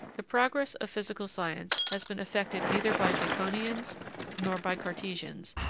the progress of physical science has been effected neither by baconians nor by cartesians,